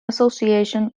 association